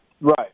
Right